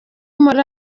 muri